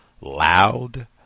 loud